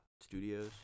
Studios